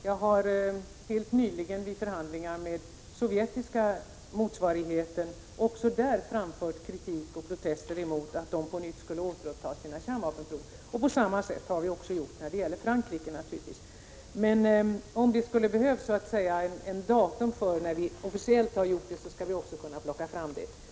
Jag har helt nyligen vid förhandlingar med den sovjetiska motsvarigheten framfört kritik och protester mot att Sovjetunionen skulle återuppta sina kärnvapenprov. På samma sätt har vi naturligtvis gjort när det gällt Frankrike. Om det skulle behövas ett datum för när vi officiellt har protesterat, skall jag också kunna plocka fram det.